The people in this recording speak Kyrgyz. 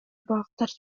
бактар